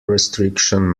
restriction